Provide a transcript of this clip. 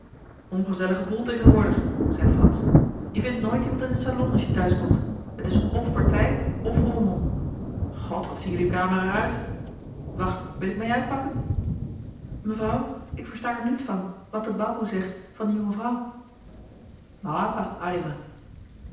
ongezellige boel tegenwoordig zei frans je vindt nooit iemand in den salon als je thuis komt het is f partij f rommel god wat ziet jullie kamer er uit wacht wil ik meê uitpakken mevrouw ik versta niets van wat de baboe zegt van de jonge mevrouw mau apa